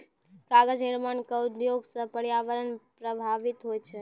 कागज निर्माण क उद्योग सँ पर्यावरण प्रभावित होय छै